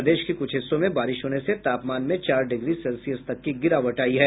प्रदेश के कुछ हिस्सों में बारिश होने से तापमान में चार डिग्री सेल्सियस तक की गिरावट आयी है